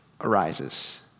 arises